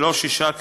ולא שישה,